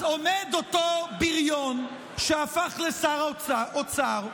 אז עומד אותו בריון שהפך לשר האוצר,